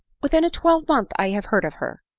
within a twelvemonth i have heard of her.